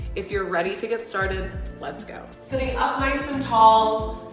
if you're ready to get started let's go. sitting up nice and tall,